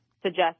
suggest